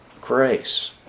grace